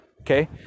Okay